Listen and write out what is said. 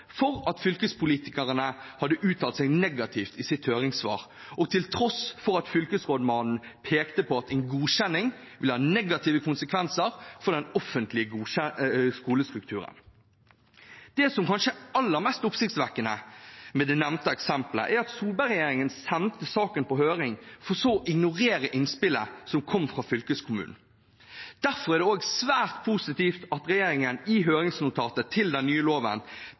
for at fylkespolitikerne hadde uttalt seg negativt i sitt høringssvar, og til tross for at fylkesrådmannen pekte på at en godkjenning ville ha negative konsekvenser for den offentlige skolestrukturen. Det som kanskje er aller mest oppsiktsvekkende med det nevnte eksempelet, er at Solberg-regjeringen sendte saken på høring for så å ignorere innspillet som kom fra fylkeskommunen. Derfor er det også svært positivt at regjeringen i høringsnotatet til den nye loven